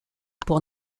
pour